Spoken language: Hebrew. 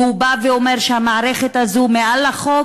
והוא בא ואומר שהמערכת הזאת מעל החוק,